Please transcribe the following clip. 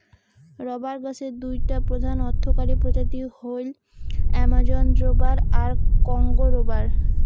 rubber গছের দুইটা প্রধান অর্থকরী প্রজাতি হইল অ্যামাজোন রবার আর কংগো রবার